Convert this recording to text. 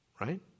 right